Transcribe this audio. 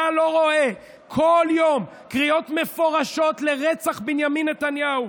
אתה לא רואה כל יום קריאות מפורשות לרצח בנימין נתניהו,